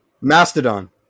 Mastodon